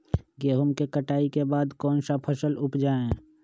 गेंहू के कटाई के बाद कौन सा फसल उप जाए?